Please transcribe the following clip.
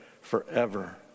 forever